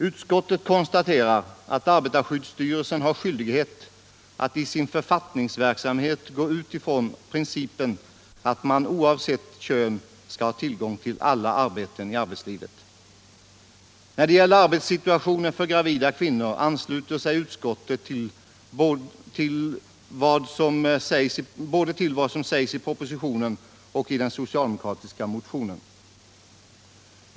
Utskottet konstaterar att arbetarskyddsstyrelsen har skyldighet att i sin författningsverksamhet gå ut ifrån principen att man oavsett kön skall ha tillgång till alla arbeten i arbetslivet. När det gäller arbetssituationen för gravida kvinnor ansluter sig utskottet till vad som sägs både i propositionen och i den socialdemokratiska motionen.